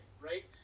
right